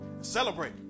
celebrate